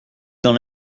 dans